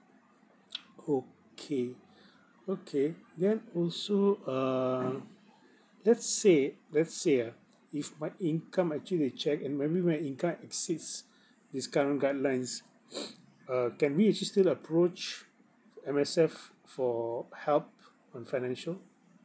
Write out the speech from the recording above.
okay okay then also err let's say let's say ah if my income actually they check and anyway my income exceeds these current guidelines uh can we actually still approach M_S_F for help on financial